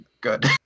good